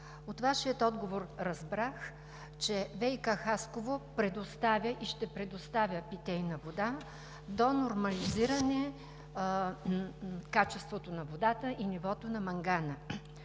От Вашия отговор разбрах, че ВиК Хасково предоставя и ще предоставя питейна вода до нормализиране на качеството на водата и нивото на мангана.